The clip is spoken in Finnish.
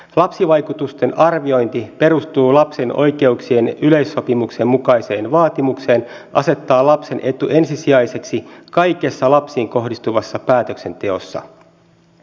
lapsivaikutusten arviointi perustuu lapsen oikeuksien yleissopimuksen mukaiseen vaatimukseen asettaa lapsen etu ensisijaiseksi kaikessa lapsiin kohdistuvassa päätöksenteossa